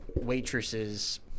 waitresses